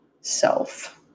self